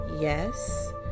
Yes